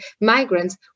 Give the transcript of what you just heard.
migrants